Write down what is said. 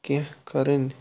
کیٚنٛہہ کَرٕنۍ